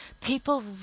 people